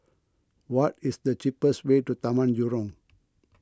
what is the cheapest way to Taman Jurong